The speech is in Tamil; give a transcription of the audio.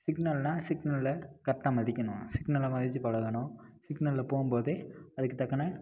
சிக்னல்னால் சிக்னலை கரெட்டாக மதிக்கணும் சிக்னலை மதித்து பழகணும் சிக்னலில் போகும்போதே அதுக்கு தக்கன